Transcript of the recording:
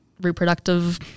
reproductive